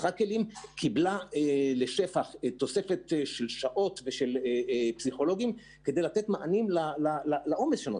היא קיבלה תוספת של שעות ושל פסיכולוגים כדי לתת מענים לעומס שנוצר.